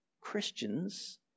Christians